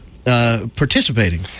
Participating